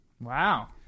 Wow